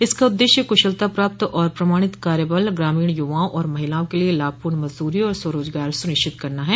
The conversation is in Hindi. इसका उद्देश्य कृशलता प्राप्त और प्रमाणित कार्यबल ग्रामीण युवाओं और महिलाओं के लिए लाभपूर्ण मजदूरी और स्वरोजगार सुनिश्चित करना है